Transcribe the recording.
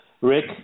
Rick